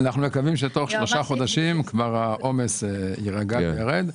אנחנו מקווים שתוך שלושה חודשים העומס יירגע וירד,